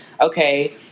okay